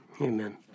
Amen